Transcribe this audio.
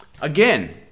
Again